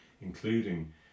including